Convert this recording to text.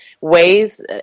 ways